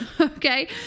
Okay